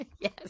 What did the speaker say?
Yes